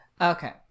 okay